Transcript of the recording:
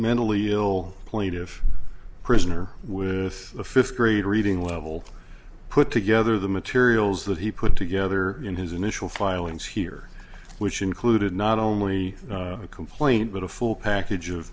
mentally ill plaintive prisoner with a fifth grade reading level put together the materials that he put together in his initial filings here which included not only a complaint but a full package of